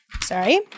Sorry